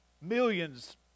millions